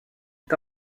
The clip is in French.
est